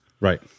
Right